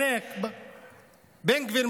בן גביר,